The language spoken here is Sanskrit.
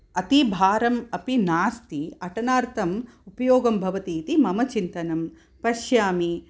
अति भारम् अपि नास्ति अटनार्थम् उपयोगं भवति इति मम चिन्तनं पश्यामि